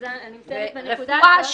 ואני מסיימת בנקודה הזאת --- רפואה,